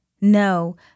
No